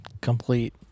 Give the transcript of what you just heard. complete